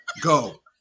Go